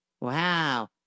Wow